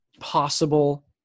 possible